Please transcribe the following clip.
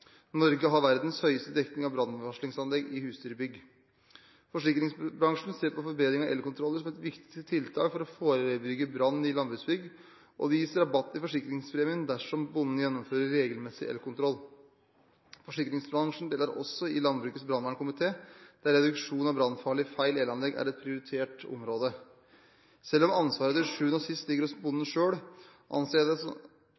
Norge har verdens høyeste dekning av brannvarslingsanlegg i husdyrbygg. Forsikringsbransjen ser på forbedring av elkontroller som et viktig tiltak for å forebygge brann i landbruksbygg, og det gis rabatt i forsikringspremien dersom bonden gjennomfører regelmessig elkontroll. Forsikringsbransjen deltar også i Landbrukets brannvernkomité, der reduksjon av brannfarlige feil i elanlegg er et prioritert område. Selv om ansvaret til syvende og sist ligger hos bonden selv, anser jeg det